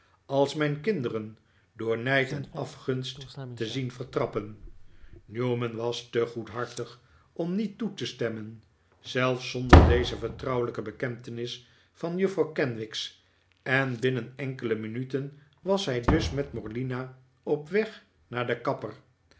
als mijn kinderen door nijd en afgunst te zien vertrappen newman was te goedhartig om niet toe te stemmen zelfs zonder deze vertrouwelijke bekentenis van juffrouw kenwigs en binnen enkele minuten was hij dus met morlina op weg naar den kapper